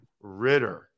Ritter